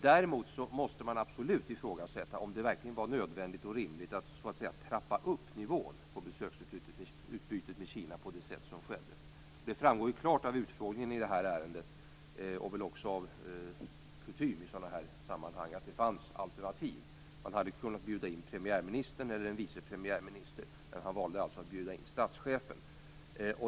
Däremot måste man absolut ifrågasätta om det verkligen var nödvändigt och rimligt att trappa upp nivån på besöksutbytet med Kina på det sätt som skedde. Det framgår klart av utfrågningen i det här ärendet och väl också av kutym i sådana här sammanhang att det fanns alternativ. Han hade kunnat bjuda in premiärministern eller vice premiärministern, men statsministern valde att bjuda in statschefen.